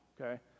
okay